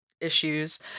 Issues